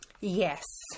Yes